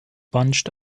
bunched